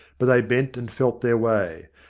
but they bent and felt their way.